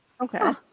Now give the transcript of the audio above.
Okay